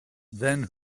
then